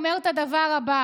הוא אומר את הדבר הבא: